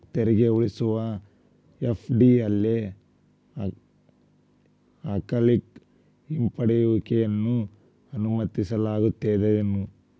ತೆರಿಗೆ ಉಳಿಸುವ ಎಫ.ಡಿ ಅಲ್ಲೆ ಅಕಾಲಿಕ ಹಿಂಪಡೆಯುವಿಕೆಯನ್ನ ಅನುಮತಿಸಲಾಗೇದೆನು?